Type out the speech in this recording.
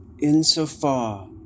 Insofar